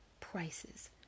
prices